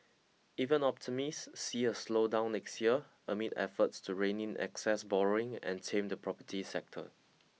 even optimist see a slowdown next year amid efforts to rein in excess borrowing and tame the property sector